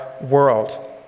world